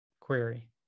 query